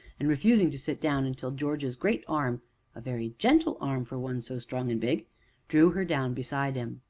and refusing to sit down until george's great arm a very gentle arm for one so strong and big drew her down beside him.